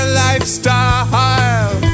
lifestyle